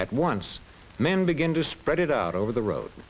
at once men begin to spread it out over the road